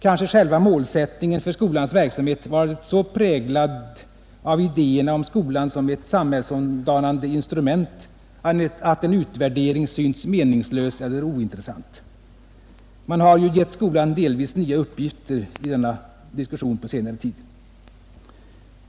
Kanske själva målsättningen för skolans verksamhet varit så präglad av idéerna om skolan som ett samhällsomdanande instrument, att en utvärdering synts meningslös eller ointressant. Man har ju gett skolan delvis helt nya uppgifter i denna diskussion på senare tid.